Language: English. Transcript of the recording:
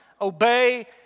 obey